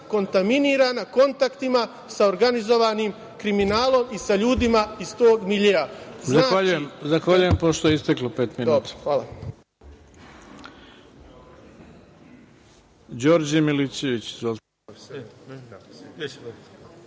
kontaminirana kontaktima sa organizovanim kriminalom i sa ljudima iz tog miljea.